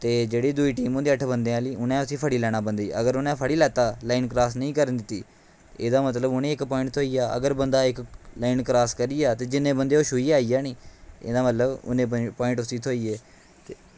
जेह्ड़ी दूई टीम होंदी अट्ठ बंदे आह्ली उन्ने उसी फड़ी लैना बंदे ई अगर उनें फड़ी लैता लाईन क्रॉस नेईं करन दित्ती एह्दा मतलब उनें ई इक्क प्वाइंट थ्होई गेआ ते अगर बंदा इक्क लाईन क्रॉस करी गेआ ते जिन्ने बंदे ओह् छूहियै आई जा नी ते मतलब उन्ने प्वाइंट उसी थ्होई गे